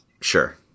Sure